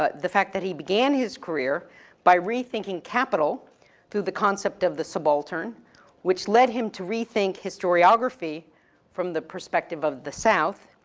ah the fact that he began his career by rethinking capital through the concept of the subaltern which led him to rethink historiography from the perspective of the south.